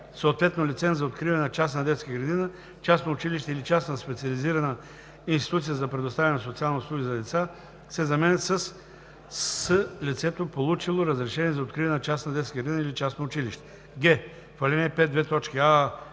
съответно лиценз за откриване на частна детска градина, частно училище или частна специализирана институция за предоставяне на социални услуги за деца“ се заменят със „с лицето, получило разрешение за откриване на частна детска градина или частно училище“; г) в ал. 5: